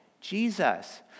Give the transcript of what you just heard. Jesus